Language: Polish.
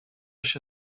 się